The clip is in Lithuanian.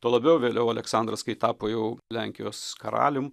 tuo labiau vėliau aleksandras kai tapo jau lenkijos karalium